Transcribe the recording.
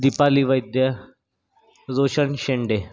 Deepali Vaidya Roshan Shende